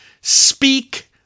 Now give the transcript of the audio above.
speak